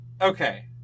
Okay